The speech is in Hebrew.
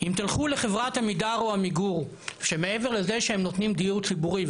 אם תלכו לחברת עמידר או עמיגור שמעבר לזה שהם נותנים דיור ציבורי,